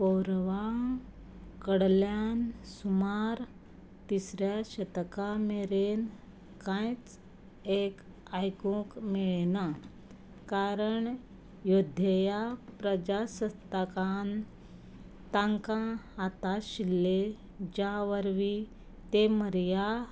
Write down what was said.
कौरवांक कडल्यान सुमार तिसऱ्या शतका मेरेन कांयच एक आयकूंक मेळ्ळें ना कारण योद्धेया प्रजासत्ताकान तांकां हाताशिल्ले ज्या वरवीं ते मौर्या